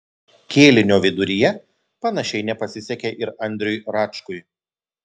kėlinio viduryje panašiai nepasisekė ir andriui račkui